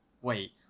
wait